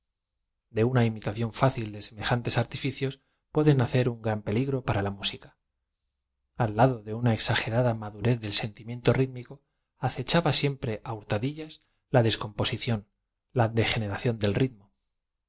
e una imitación fácil de semejantes artifl cios puede nacer un gran peligro para la msica al lado de una exagerada madurez del sentimiento rít mico acechaba siempre á hurtadillas la descomposi ción la degeneración del ritmo ese